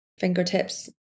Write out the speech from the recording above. fingertips